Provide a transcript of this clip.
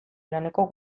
laneko